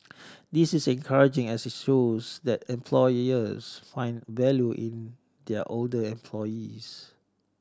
this is encouraging as it shows that employers find value in their older employees